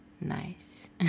Nice